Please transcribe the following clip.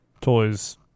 toys